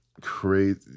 crazy